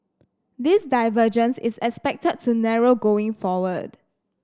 this divergence is expected to narrow going forward